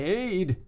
aid